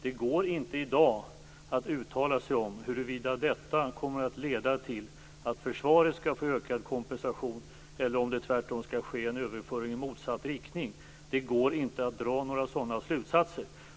Det går inte i dag att uttala sig om huruvida detta kommer att leda till att försvaret skall få ökad kompensation eller om det tvärtom skall ske en överföring i motsatt riktning. Det går inte att dra några sådana slutsatser.